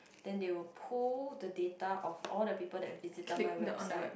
then they will pull the data of all the people that visited my website